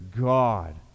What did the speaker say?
God